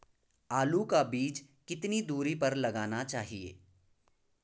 आलू का बीज कितनी दूरी पर लगाना चाहिए?